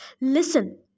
Listen